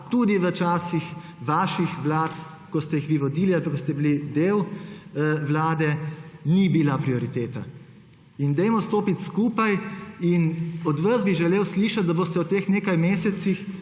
tudi v časih vaših vlad, ko ste jih vi vodili ali pa ko ste bili del vlade, ni bila prioriteta. Dajmo stopiti skupaj in od vas bi želel slišati, da boste v teh nekaj mesecih,